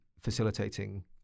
Facilitating